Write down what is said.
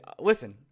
listen